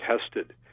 tested